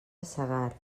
segart